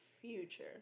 future